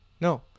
No